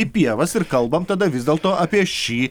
į pievas ir kalbam tada vis dėlto apie šį